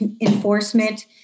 enforcement